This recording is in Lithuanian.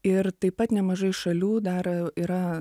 ir taip pat nemažai šalių dar yra